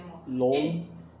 no